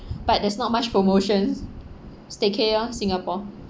but there's not much promotion staycay oh singapore